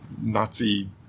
Nazi